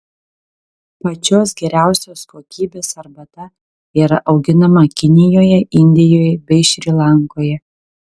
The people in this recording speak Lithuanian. pačios geriausios kokybės arbata yra auginama kinijoje indijoje bei šri lankoje